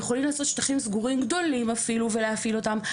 יכולים לעשות שטחים סגורים גדולים אפילו ולהכיל אותם.